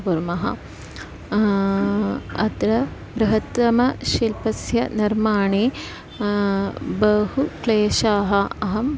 कुर्मः अत्र बृहत्तमशिल्पस्य निर्माणे बहु क्लेशाः अहं